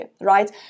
Right